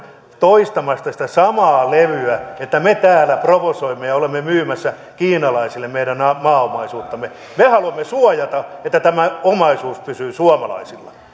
toistamasta sitä samaa levyä että me täällä provosoimme ja olemme myymässä kiinalaisille meidän maaomaisuuttamme me haluamme suojata että tämä omaisuus pysyy suomalaisilla